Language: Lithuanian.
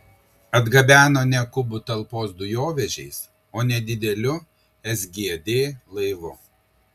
atgabeno ne kubų talpos dujovežiais o nedideliu sgd laivu